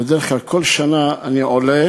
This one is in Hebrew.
בדרך כלל, כל שנה אני עולה